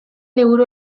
liburu